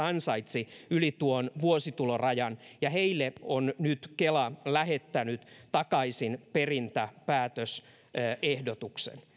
ansaitsi yli vuositulorajan ja heille on nyt kela lähettänyt takaisinperintäpäätösehdotuksen